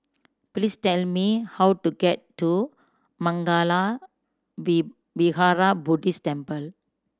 please tell me how to get to Mangala V Vihara Buddhist Temple